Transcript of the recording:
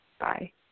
Bye